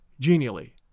genially